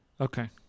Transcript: Okay